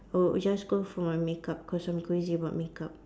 I would just go for my makeup cause I'm crazy about makeup